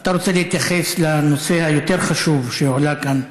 אתה רוצה להתייחס לנושא היותר-חשוב שהועלה כאן,